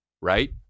right